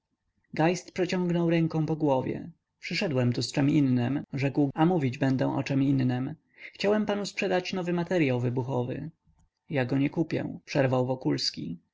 geist przeciągnął rękę po głowie przyszedłem tu z czem innem rzekł a mówić będę o czem innem chciałem panu sprzedać nowy materyał wybuchowy ja go nie kupię przerwał wokulski